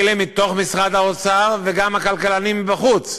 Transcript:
אלה מתוך משרד האוצר וגם הכלכלנים מבחוץ,